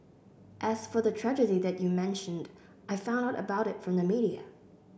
as for the tragedy that you mentioned I found out about it from the media